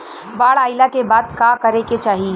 बाढ़ आइला के बाद का करे के चाही?